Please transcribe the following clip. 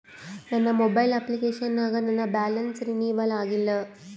ನನ್ನ mobile application ನಾಗ ನನ್ ಬ್ಯಾಲೆನ್ಸ್ ರೀನೇವಲ್ ಆಗಿಲ್ಲ